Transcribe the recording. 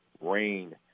rain